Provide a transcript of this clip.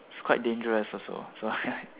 it's quite dangerous also so